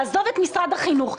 לעזוב את משרד החינוך,